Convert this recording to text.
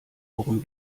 worum